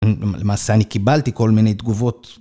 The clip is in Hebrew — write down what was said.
למעשה, אני קיבלתי כל מיני תגובות.